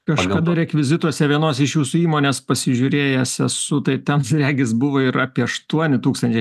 kažkada rekvizituose vienos iš jūsų įmonės pasižiūrėjęs esu tai ten regis buvo ir apie aštuoni tūkstančiai